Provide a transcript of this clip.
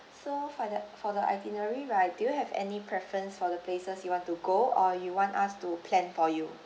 so for the for the itinerary right do you have any preference for the places you want to go or you want us to plan for you